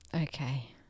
Okay